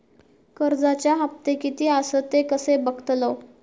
कर्जच्या हप्ते किती आसत ते कसे बगतलव?